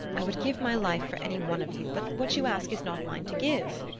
i would give my life for any one of you but what you ask is not mine to give.